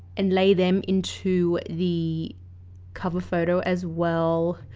and lay them into the cover photo as well,